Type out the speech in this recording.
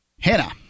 Hannah